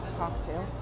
cocktail